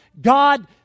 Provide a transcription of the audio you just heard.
God